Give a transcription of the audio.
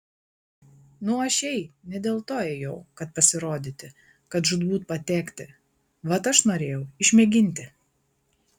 nu aš šiai ne dėl to ėjau kad pasirodyti kad žūtbūt patekti vat aš norėjau išmėginti